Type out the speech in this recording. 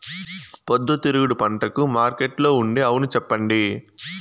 పొద్దుతిరుగుడు పంటకు మార్కెట్లో ఉండే అవును చెప్పండి?